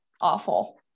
awful